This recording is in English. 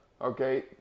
Okay